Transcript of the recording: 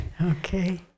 Okay